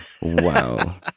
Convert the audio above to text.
wow